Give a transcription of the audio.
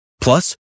Plus